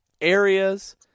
areas